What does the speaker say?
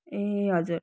ए हजुर